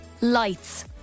Lights